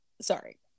sorry